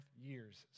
years